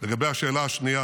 לגבי השאלה השנייה